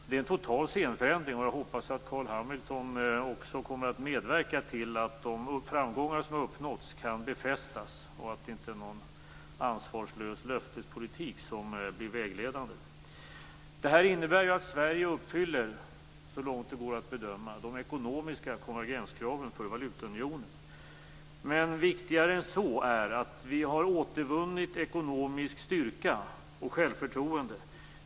Det är en total scenförändring, och jag hoppas att Carl B Hamilton kommer att medverka till att de framgångar som har uppnåtts kan befästas och att det inte blir någon ansvarslös löftespolitik som blir vägledande. Det här innebär att Sverige så långt det går att bedöma uppfyller de ekonomiska konvergenskraven för valutaunionen. Viktigare än så är att vi har återvunnit ekonomisk styrka och självförtroende.